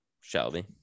Shelby